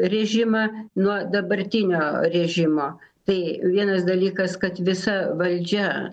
režimą nuo dabartinio režimo tai vienas dalykas kad visa valdžia